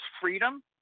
Freedom